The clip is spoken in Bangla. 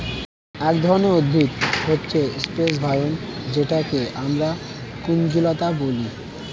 এক ধরনের উদ্ভিদ হচ্ছে সিপ্রেস ভাইন যেটাকে আমরা কুঞ্জলতা বলি